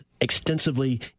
extensively